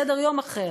סדר-יום אחר,